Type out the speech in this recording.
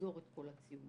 לגזור את כל הציונים.